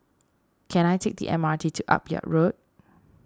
can I take the M R T to Akyab Road